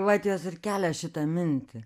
vat jos ir kelia šitą mintį